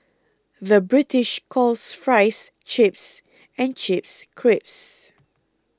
the British calls Fries Chips and chips crips